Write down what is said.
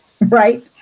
right